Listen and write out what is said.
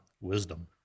wisdom